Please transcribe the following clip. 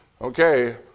Okay